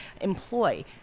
employ